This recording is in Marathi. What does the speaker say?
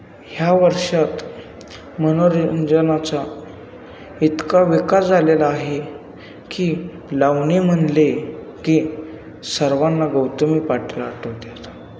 ह्या वर्षात मनोरंजनाचा इतका विकास झालेला आहे की लावणी म्हणले की सर्वांना गौतमी पाटील आठवतात